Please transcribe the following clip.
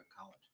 College